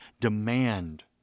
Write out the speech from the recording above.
demand